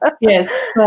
Yes